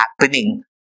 happening